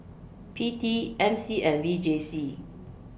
P T M C and V J C